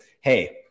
hey